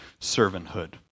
servanthood